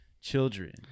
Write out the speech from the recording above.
children